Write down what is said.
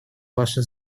ваше